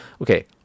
okay